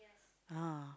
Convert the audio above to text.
ah